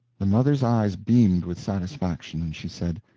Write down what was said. the mother's eyes beamed with satisfaction, and she said,